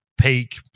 peak